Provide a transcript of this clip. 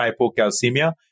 hypocalcemia